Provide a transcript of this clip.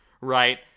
right